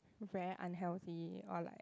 very unhealthy or like